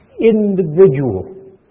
individual